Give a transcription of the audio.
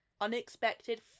unexpected